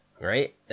Right